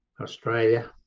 Australia